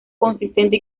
consistente